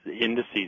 indices